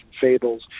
fables